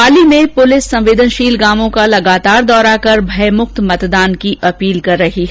पाली में पुलिस संवेदनशील गांवों का लगातार दौरा कर भयमुक्त मतदान की अपील कर रही है